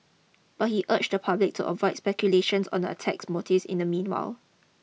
but he urged the public to avoid speculations on the attacker's motives in the meanwhile